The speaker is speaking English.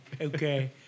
okay